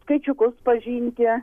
skaičiukus pažinti